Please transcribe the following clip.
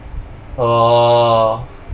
orh